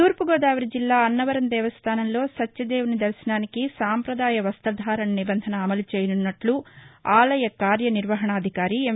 తూర్పుగోదావరి జిల్లా అన్నవరం దేవస్థానంలో సత్యదేవుని దర్భనానికి సంప్రదాయ వస్తధారణ నిబంధన అమలు చేయనున్నట్లు ఆలయ కార్యనిర్వహణాధికారి ఎం